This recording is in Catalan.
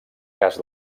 cas